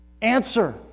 Answer